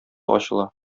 ачыла